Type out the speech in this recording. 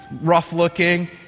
rough-looking